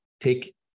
take